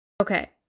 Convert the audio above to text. Okay